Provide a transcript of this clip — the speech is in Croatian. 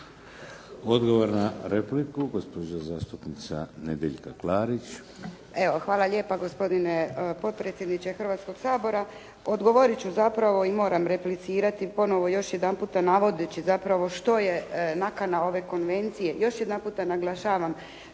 Odgovor na repliku, gospođa zastupnica Nedjeljka Klarić.